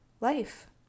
life